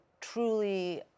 truly